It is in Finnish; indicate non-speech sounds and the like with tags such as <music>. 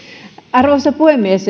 arvoisa puhemies <unintelligible>